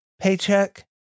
paycheck